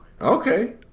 Okay